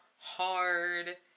hard